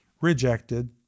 rejected